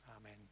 Amen